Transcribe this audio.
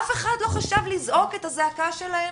אף אחד לא חשב לזעוק את הזעקה שלהם?